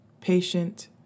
patient